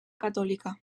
catòlica